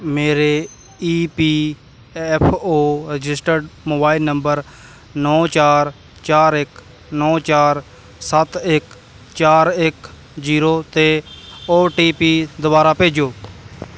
ਮੇਰੇ E P F ਔ registered mobile number ਨੌਂ ਚਾਰ ਚਾਰ ਇੱਕ ਨੌਂ ਚਾਰ ਸੱਤ ਇੱਕ ਚਾਰ ਇੱਕ ਜ਼ੀਰੋ 'ਤੇ ਓ ਟੀ ਪੀ ਦੁਬਾਰਾ ਭੇਜੋ